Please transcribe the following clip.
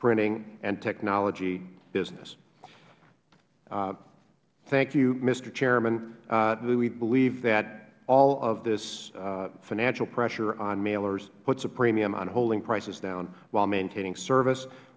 printing and technology business thank you mister chairman we believe that all of this financial pressure on mailers puts a premium on holding prices down while maintaining service